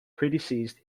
predeceased